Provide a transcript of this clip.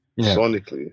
sonically